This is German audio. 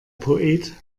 poet